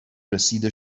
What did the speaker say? رسید